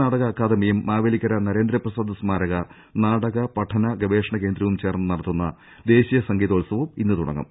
കേരള സംഗീത നാടക അക്കാദമിയും മാവേലിക്കര നരേ ന്ദ്രപ്രസാദ് സ്മാരക നാടക പഠന ഗ്ഗവേഷണ കേന്ദ്രവും ചേർന്ന് നടത്തുന്ന ദേശീയ സംഗീതോത്സവം ഇന്ന് തുട ങ്ങും